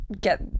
get